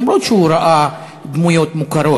למרות שהם ראו דמויות מוכרות.